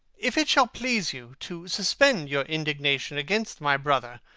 if it shall please you to suspend your indignation against my brother